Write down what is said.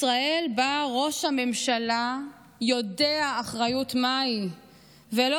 ישראל שבה ראש הממשלה יודע אחריות מהי ולא